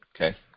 okay